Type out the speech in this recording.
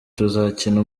tuzakina